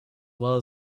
well